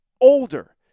older